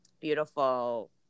beautiful